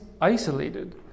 isolated